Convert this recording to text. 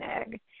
Egg